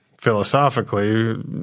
philosophically